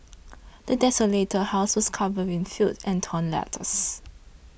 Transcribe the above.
the desolated house was covered in filth and torn letters